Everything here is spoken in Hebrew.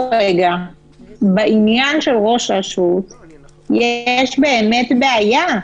בעניין של ראש רשות יש באמת בעיה,